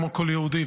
כמו כל יהודי,